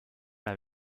pour